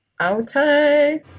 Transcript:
Okay